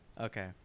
Okay